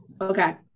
okay